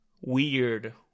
Weird